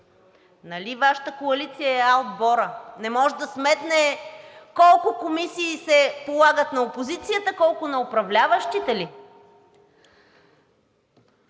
Нали Вашата коалиция е А отборът? Не може да сметне колко комисии се полагат на опозицията, колко на управляващите ли?